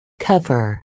cover